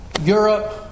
Europe